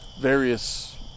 various